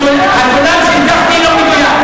של גפני לא מדויק.